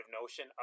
notion